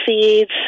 seeds